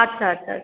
আচ্ছা আচ্ছা